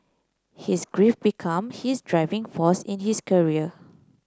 his grief become his driving force in his career